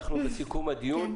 אנחנו בסיכום הדיון,